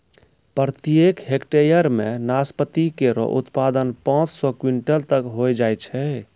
प्रत्येक हेक्टेयर म नाशपाती केरो उत्पादन पांच सौ क्विंटल तक होय जाय छै